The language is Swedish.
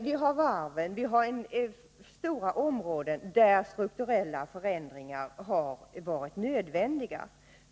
Vi har varven och andra stora områden, där strukturella förändringar har varit nödvändiga.